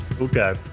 okay